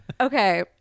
Okay